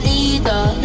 Leader